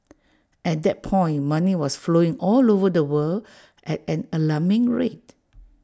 at that point money was flowing all over the world at an alarming rate